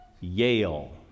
Yale